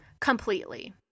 Completely